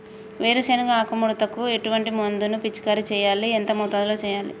వేరుశెనగ ఆకు ముడతకు ఎటువంటి మందును పిచికారీ చెయ్యాలి? ఎంత మోతాదులో చెయ్యాలి?